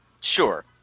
Sure